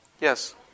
Yes